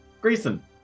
Grayson